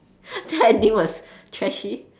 the ending was trashy